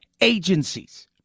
agencies